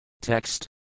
Text